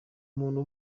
umuntu